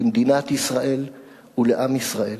למדינת ישראל ולעם ישראל.